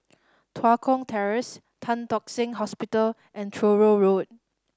Tua Kong Terrace Tan Tock Seng Hospital and Truro Road